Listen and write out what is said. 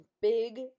big